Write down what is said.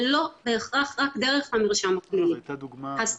ולא בהכרח רק דרך המרשם הפלילי; הסטנדרטים